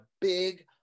big